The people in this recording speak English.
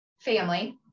family